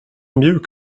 mjuk